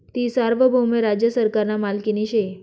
ती सार्वभौम राज्य सरकारना मालकीनी शे